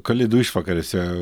kalėdų išvakarėse